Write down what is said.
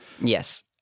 Yes